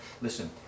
Listen